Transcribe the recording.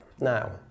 Now